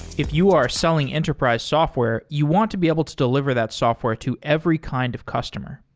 if you are selling enterprise software, you want to be able to deliver that software to every kind of customer.